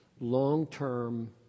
long-term